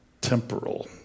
temporal